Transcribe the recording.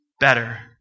better